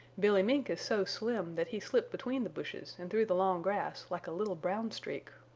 billy mink is so slim that he slipped between the bushes and through the long grass like a little brown streak.